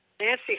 Nancy